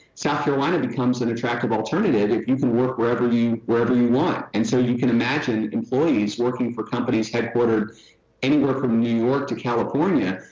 south carolina becomes an attractive alternative if you can work wherever you wherever you want. and so you can imagine employees working for companies headquarters anywhere from new york to california.